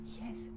Yes